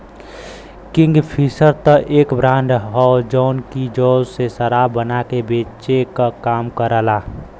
Kingfisher त एक brand हौ जौन की जौ से शराब बना के बेचे क काम करला